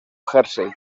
jersey